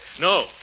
No